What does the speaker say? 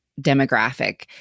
demographic